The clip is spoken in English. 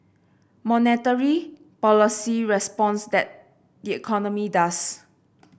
monetary policy responds tat the economy does